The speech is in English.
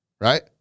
Right